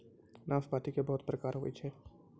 नाशपाती के बहुत प्रकार होय छै